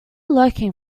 lurking